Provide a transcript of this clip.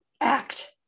act